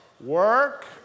Work